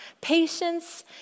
Patience